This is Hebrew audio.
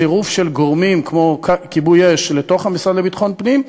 צירוף של גורמים כמו כיבוי אש למשרד לביטחון פנים,